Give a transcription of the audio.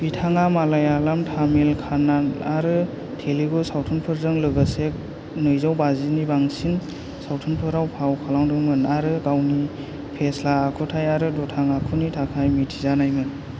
बिथाङा मालायालम तामिल कानाडा आरो तेलुगु सावथुनफोरजों लोगोसे नैजौ बाजिनि बांसिन सावथुनफोराव फाव खालामदोंमोन आरो गावनि फेस्ला आखुथाय आरो दुथां आखुनि थाखाय मिथिजानायमोन